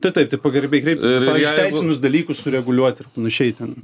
taip taip tai pagarbiai kreiptis ir pažiui teisinius dalykus sureguliuot ir panašiai ten